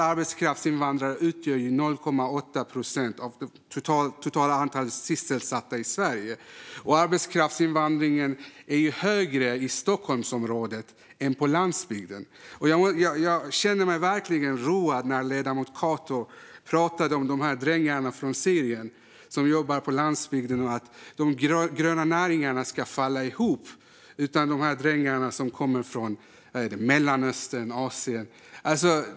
Arbetskraftsinvandrare utgör 0,8 procent av det totala antalet sysselsatta i Sverige, och arbetskraftsinvandringen är högre i Stockholmsområdet än på landsbygden. Jag kände mig verkligen road när ledamoten Cato pratade om drängarna från Syrien som jobbar på landsbygden och att de gröna näringarna kommer att falla ihop utan drängarna som kommer från Mellanöstern och Asien.